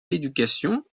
l’éducation